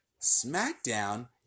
SmackDown